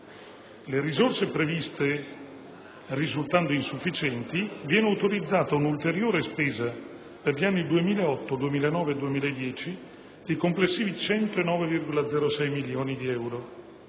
le risorse previste, viene autorizzata un'ulteriore spesa per gli anni 2008, 2009 e 2010 di complessivi 109,06 milioni di euro.